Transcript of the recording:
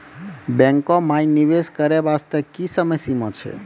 बैंको माई निवेश करे बास्ते की समय सीमा छै?